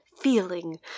feeling